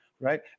right